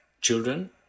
Children